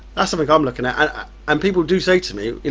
that's something i'm looking at and um people do say to me,